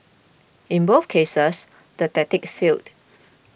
in both cases the tactic failed